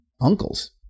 uncles